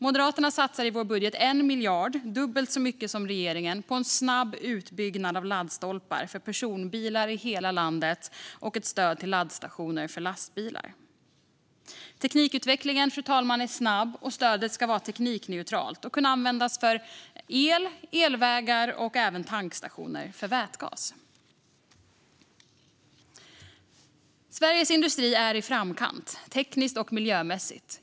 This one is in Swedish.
Moderaterna satsar i sin budget 1 miljard, dubbelt så mycket som regeringen, på en snabb utbyggnad av laddstolpar för personbilar i hela landet och ett stöd till laddstationer för lastbilar. Teknikutvecklingen är snabb, fru talman, och stödet ska vara teknikneutralt och kunna användas till el, elvägar och även tankstationer för vätgas. Sveriges industri är i framkant, tekniskt och miljömässigt.